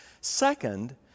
Second